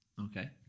Okay